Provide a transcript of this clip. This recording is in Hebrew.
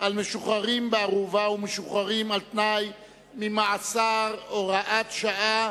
על משוחררים בערובה ומשוחררים על-תנאי ממאסר (הוראת שעה),